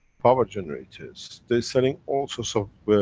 power generators, they're selling all sorts of.